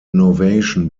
innovation